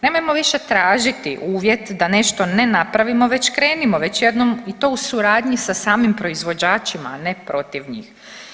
Nemojmo više tražiti uvjet da nešto ne napravimo već krenimo već jednom i to u suradnji sa samim proizvođačima, a ne protiv njih.